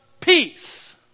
Peace